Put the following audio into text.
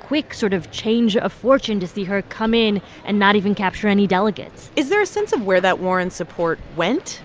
quick sort of change of fortune to see her come in and not even capture any delegates is there a sense of where that warren support went?